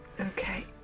Okay